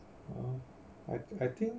!huh! I I think